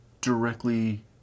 directly